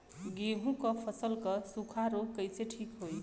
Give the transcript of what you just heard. गेहूँक फसल क सूखा ऱोग कईसे ठीक होई?